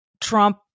Trump